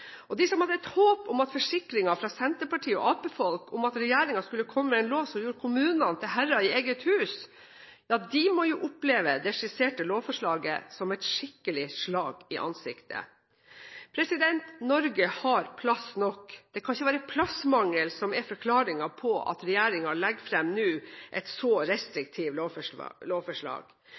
lov. De som hadde et håp om at forsikringen fra senterparti- og arbeiderpartifolk om at regjeringen skulle komme med en lov som gjorde kommunene til herrer i eget hus, må jo oppleve det skisserte lovforslaget som et skikkelig slag i ansiktet. Norge har plass nok. Det kan ikke være plassmangel som er forklaringen på at regjeringen nå legger fram et så restriktivt lovforslag.